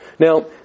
Now